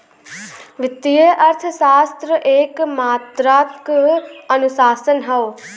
वित्तीय अर्थशास्त्र एक मात्रात्मक अनुशासन हौ